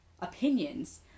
opinions